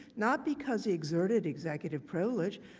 not because he exerted executive privilege.